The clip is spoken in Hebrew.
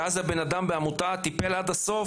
ואז הבן אדם בעמותה טיפל עד הסוף,